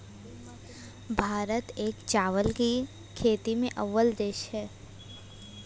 भारत चावल की खेती में एक अव्वल देश है